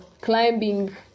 climbing